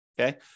Okay